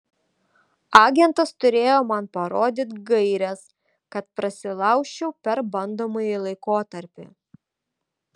agentas turėjo man parodyti gaires kad prasilaužčiau per bandomąjį laikotarpį